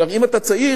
כלומר, אם אתה צעיר,